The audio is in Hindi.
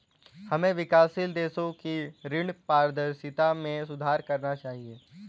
हमें विकासशील देशों की ऋण पारदर्शिता में सुधार करना चाहिए